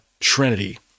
Trinity